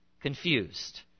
confused